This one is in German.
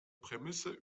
prämisse